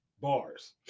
Bars